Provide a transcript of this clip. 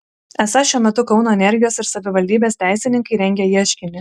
esą šiuo metu kauno energijos ir savivaldybės teisininkai rengia ieškinį